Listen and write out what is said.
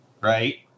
right